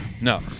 No